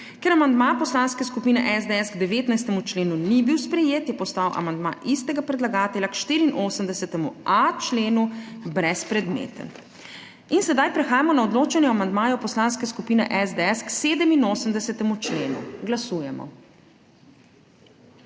Ker amandma Poslanske skupine SDS k 19. členu ni bil sprejet, je postal amandma istega predlagatelja k 84.a členu brezpredmeten. Prehajamo na odločanje o amandmaju Poslanske skupine SDS k 87. členu. Glasujemo.